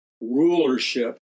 rulership